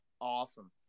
Awesome